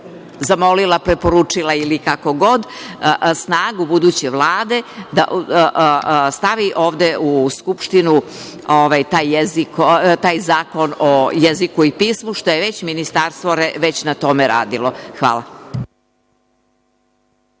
zamolila, preporučila ili kako god snagu buduće Vlade da stavi ovde u Skupštinu taj Zakon o jeziku i pismu, jer je već ministarstvo na tome radilo. Hvala.